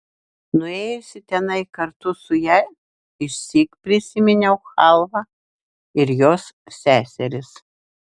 nuėjusi tenai kartu su ja išsyk prisiminiau chalvą ir jos seseris